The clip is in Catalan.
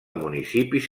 municipis